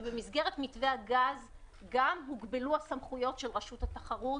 שבמסגרת מתווה הגז גם הוגבלו הסמכויות של רשות התחרות,